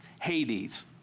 Hades